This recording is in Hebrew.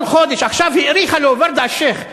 כל חודש, עכשיו האריכה לו ורדה אלשיך.